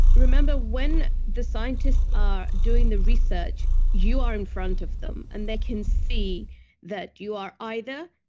remember when the scientists are doing the research, you are in front of them, and they can see that you are either.